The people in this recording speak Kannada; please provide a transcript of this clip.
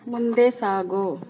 ಮುಂದೆ ಸಾಗು